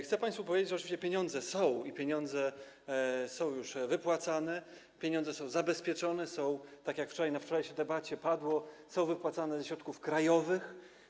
Chcę państwu powiedzieć, że oczywiście pieniądze są i pieniądze są już wypłacane, pieniądze są zabezpieczone, są, tak jak powiedziano podczas wczorajszej debaty, wypłacane ze środków krajowych.